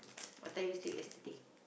what time you sleep yesterday